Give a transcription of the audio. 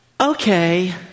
okay